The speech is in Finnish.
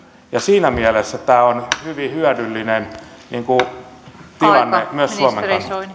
ja siinä mielessä tämä on hyvin hyödyllinen niin kuin tiedämme myös suomen